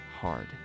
hard